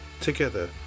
together